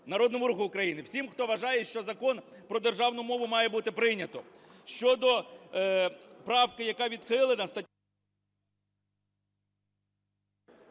Народному Руху України – всім, хто вважає, що Закон про державну мову має бути прийнято.